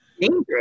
dangerous